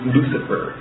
Lucifer